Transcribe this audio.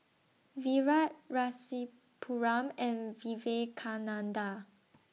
Virat Rasipuram and Vivekananda